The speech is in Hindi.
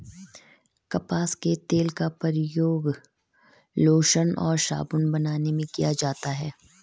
कपास के तेल का प्रयोग लोशन और साबुन बनाने में किया जाता है